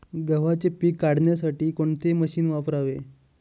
गव्हाचे पीक काढण्यासाठी कोणते मशीन वापरावे?